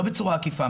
לא בצורה עקיפה,